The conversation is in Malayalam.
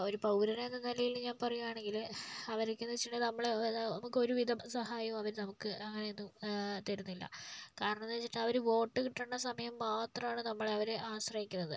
ഒരു പൗരൻ എന്ന നിലയില് ഞാൻ പറയുവാണെങ്കില് അവരൊക്കെ എന്ന് വെച്ചിട്ടുണ്ടെങ്കില് നമ്മള് നമുക്ക് ഒരു വിധം സഹായം അവര് നമുക്ക് അങ്ങനൊന്നും തരുന്നില്ല കാരണം എന്ന് വെച്ചിട്ടുണ്ടെങ്കിൽ അവര് വോട്ട് കിട്ടണ്ട സമയം മാത്രമാണ് നമ്മളെ അവര് ആശ്രയിക്കുന്നത്